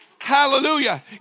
Hallelujah